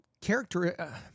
character